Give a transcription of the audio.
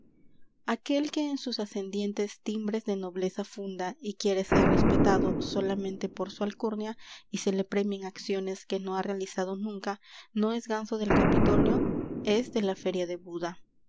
aquel que en sus ascendientes timbres de nobleza funda y quiere ser respetado solamente por su alcurnia y se le premien acciones que no ha realizado nunca no es ganso del capitolio es de la feria de buda